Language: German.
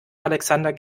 alexander